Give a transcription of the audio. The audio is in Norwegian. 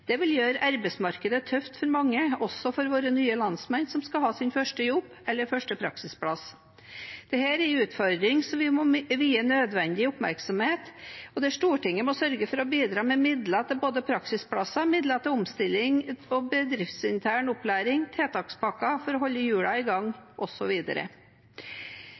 Det vil gjøre arbeidsmarkedet tøft for mange, også for våre nye landsmenn som skal ha sin første jobb eller første praksisplass. Dette er en utfordring som vi må vie nødvendig oppmerksomhet, og der Stortinget må sørge for å bidra med både midler til praksisplasser og midler til omstilling og bedriftsintern opplæring, tiltakspakker for å holde hjulene i gang,